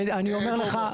ואני אומר לך.